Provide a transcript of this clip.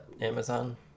Amazon